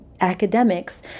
academics